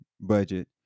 budget